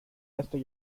lester